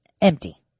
empty